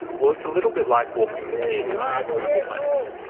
well, it's a little bit like walking into the googleplex.